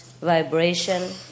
vibration